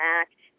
act